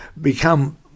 become